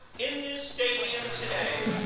in this stadium today,